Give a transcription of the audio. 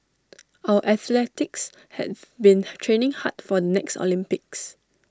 our athletes have been training hard for next Olympics